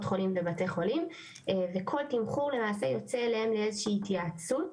החולים ובתי חולים וכל תמחור למעשה יוצא אליהם לאיזו שהיא התייעצות,